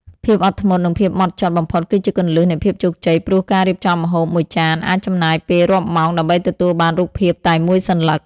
ភាពអត់ធ្មត់ និងភាពហ្មត់ចត់បំផុតគឺជាគន្លឹះនៃភាពជោគជ័យ ព្រោះការរៀបចំម្ហូបមួយចានអាចចំណាយពេលរាប់ម៉ោងដើម្បីទទួលបានរូបភាពតែមួយសន្លឹក។